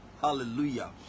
hallelujah